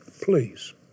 please